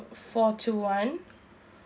four two one